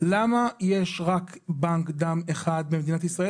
למה יש רק בנק דם אחד במדינת ישראל?